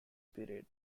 period